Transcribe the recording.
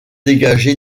dégagé